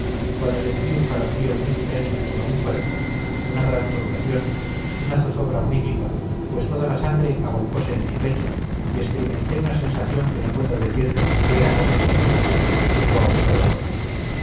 cuando sentí un calofrío muy intenso en todo mi cuerpo una gran turbación una zozobra muy viva pues toda la sangre agolpose en mi pecho y experimenté una sensación que no puedo decir si era gozo profundísimo o agudo dolor